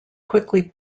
quickly